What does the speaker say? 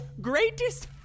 Greatest